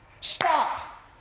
Stop